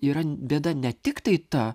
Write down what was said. yra bėda ne tiktai ta